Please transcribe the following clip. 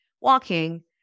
walking